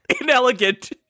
Inelegant